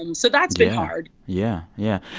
um so that's been hard yeah, yeah.